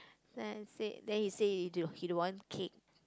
then I said then he say he d~ he don't want cake